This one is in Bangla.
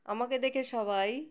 আমাকে দেখে সবাই